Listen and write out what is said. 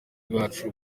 bwacu